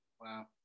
Wow